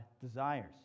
desires